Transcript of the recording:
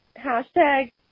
hashtag